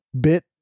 bit